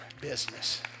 business